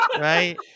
right